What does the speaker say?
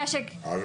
איזו ועדה?